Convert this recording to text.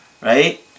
Right